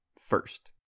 First